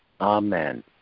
Amen